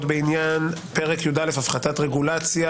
בעניין פרק י"א (הפחתת רגולציה),